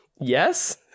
Yes